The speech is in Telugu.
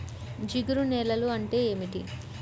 జిగురు నేలలు అంటే ఏమిటీ?